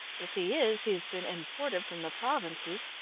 if he is, he has been imported from the provinces.